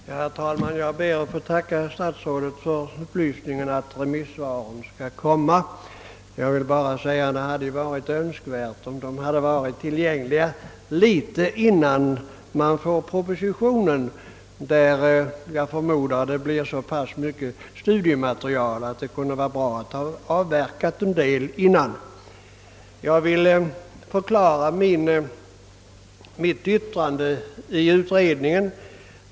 Herr talman! Jag ber att få tacka herr statsrådet för upplysningen att remisssvaren skall komma. Jag vill bara säga att det hade varit önskvärt om de hade varit tillgängliga något innan propositionen framläggs; jag förmodar den lämnar så mycket studiematerial att det kunde ha varit bra att ha avverkat en del i förväg. Jag vill förklara mitt yttrande i utredningen.